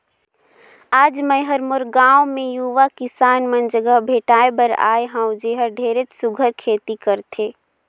आज मैं हर मोर गांव मे यूवा किसान मन जघा भेंटाय बर आये हंव जेहर ढेरेच सुग्घर खेती करथे